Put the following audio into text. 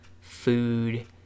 food